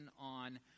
on